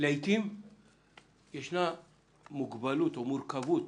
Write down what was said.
לעתים תהיה מוגבלות או מורכבות